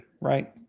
right